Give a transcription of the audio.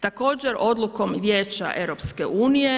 Također odlukom Vijeća EU-a